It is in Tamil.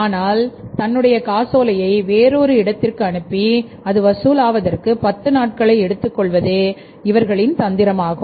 ஆனால் தன்னுடைய காசோலையை வேறொரு இடத்திற்கு அனுப்பி அது வசூல் ஆவதற்கு பத்து நாட்களை எடுத்துக் கொள்வதேஇவர்களின் தந்திரமாகும்